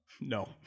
No